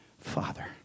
Father